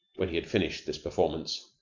when he had finished this performance.